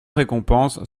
récompense